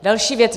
Další věc.